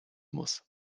muss